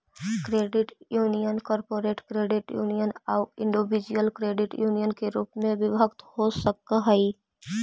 credit union corporate credit union आउ individual credit union के रूप में विभक्त हो सकऽ हइ